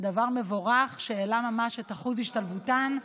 דבר מבורך שהעלה ממש את אחוז השתלבותן.